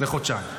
לחודשיים.